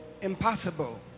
impossible